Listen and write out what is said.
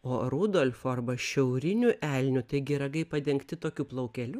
o rudolfo arba šiaurinių elnių taigi ragai padengti tokiu plaukeliu